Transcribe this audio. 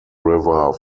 river